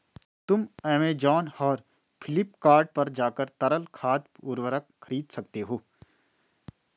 तुम ऐमेज़ॉन और फ्लिपकार्ट पर जाकर तरल खाद उर्वरक खरीद सकते हो